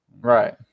Right